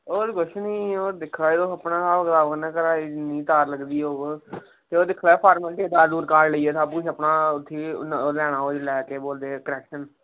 होर किश निं होर दिक्खा दे अपना स्हाब कताब तार लगदी होग ते दिक्खी लैयो फार्मेलिटी आधार कार्ड सब अपना ठीक ऐ ओह् केह् बोलदे कनैक्शन